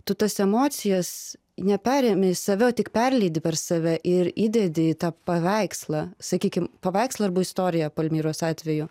tu tas emocijas neperimi į save o tik perleidi per save ir įdedi į tą paveikslą sakykim paveikslą arba istoriją palmyros atveju